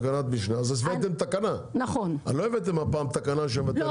אז הבאתם תקנה לא הבאתם הפעם תקנה שמבטלת את התקנה.